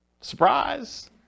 Surprise